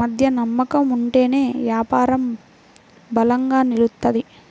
మధ్య నమ్మకం ఉంటేనే యాపారం బలంగా నిలుత్తది